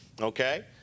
okay